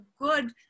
good